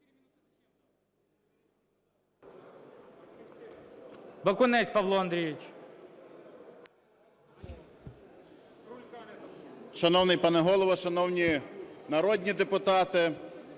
Шановний пане Голово, шановні колеги народні депутати!